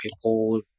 people